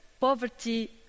poverty